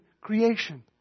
creation